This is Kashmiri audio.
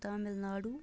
تامِل ناڈوٗ